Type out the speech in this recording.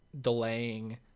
delaying